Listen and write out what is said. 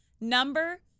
number